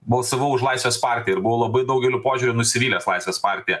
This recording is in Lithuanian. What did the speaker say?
balsavau už laisvės partiją ir buvau labai daugeliu požiūriu nusivylęs laisvės partija